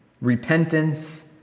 repentance